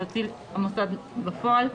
שהוציא המוסד בפועל.